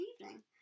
evening